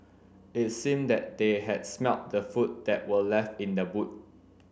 it seemed that they had smelt the food that were left in the boot